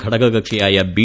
ഘടകകക്ഷിയായ B